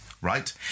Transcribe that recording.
Right